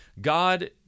God